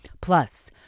Plus